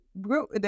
group